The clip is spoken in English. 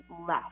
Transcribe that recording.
left